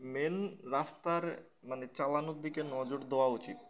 main রাস্তার মানে চালানোর দিকে নজর দেওয়া উচিত